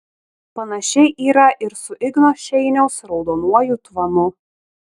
panašiai yra ir su igno šeiniaus raudonuoju tvanu